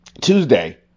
Tuesday